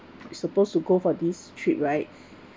supposed to go for this trip right